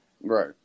right